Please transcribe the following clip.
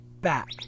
back